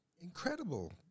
incredible